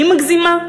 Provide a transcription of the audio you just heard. אני מגזימה?